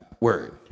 word